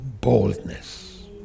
boldness